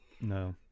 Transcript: No